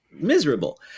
miserable